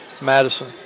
Madison